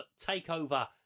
takeover